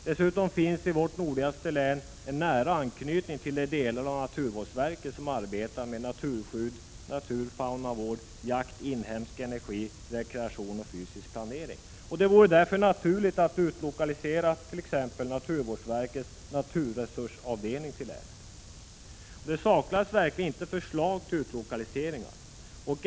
Dessutom finns i vårt nordligaste län en nära anknytning till de delar av naturvårdsverket som arbetar med naturskydd, naturoch faunavård, jakt, inhemsk energi, rekreation och fysisk planering. Det vore därför naturligt att utlokalisera t.ex. naturvårdsverkets naturresursavdelning till länet. Det saknas verkligen inte förslag till utlokaliseringar.